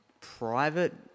private